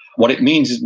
what it means,